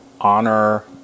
honor